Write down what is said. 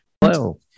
hello